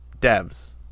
devs